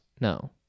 no